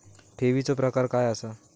ठेवीचो प्रकार काय असा?